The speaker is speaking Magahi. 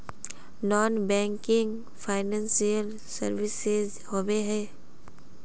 नॉन बैंकिंग फाइनेंशियल सर्विसेज होबे है?